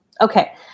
Okay